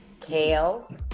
Kale